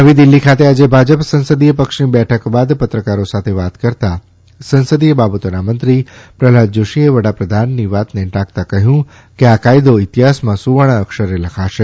નવી દિલ્ફી ખાતે આજે ભાજપ સંસદીય પક્ષની બેઠક બાદ પત્રકારો સાથે વાત કરતાં સંસદીય બાબતોના મંત્રી પ્રહલાદ જોશીએ વડાપ્રધાન મંત્રીની વાતને ટાંકતા કહ્યું કે આ કાયદો ઇતિહાસમાં સુવર્ણ અક્ષરે લખાશે